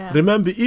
Remember